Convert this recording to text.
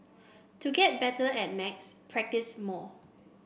to get better at maths practise more